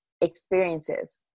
experiences